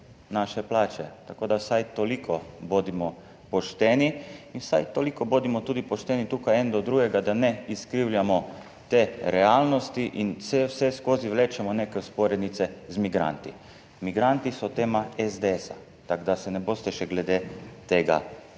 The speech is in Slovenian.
naše plače. Vsaj toliko bodimo pošteni in vsaj toliko bodimo tudi pošteni tukaj eden do drugega, da ne izkrivljamo te realnosti. Vseskozi vlečemo neke vzporednice z migranti. Migranti so tema SDS, tako da se ne boste še glede tega